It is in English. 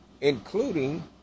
including